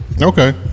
Okay